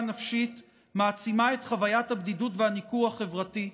נפשית מעצימה את חוויית הבדידות והניכור החברתי.